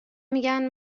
میگن